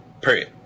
period